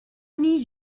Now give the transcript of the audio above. need